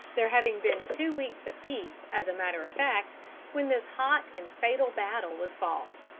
there having been two weeks of peace as a matter of fact when this hot and fatal battle was fought.